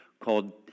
called